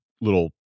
little